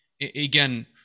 again